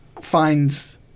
finds